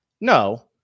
No